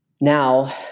Now